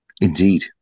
indeed